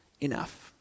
enough